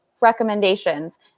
recommendations –